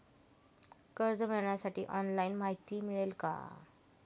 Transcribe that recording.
कर्ज मिळविण्यासाठी ऑनलाइन माहिती मिळेल का?